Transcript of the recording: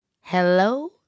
Hello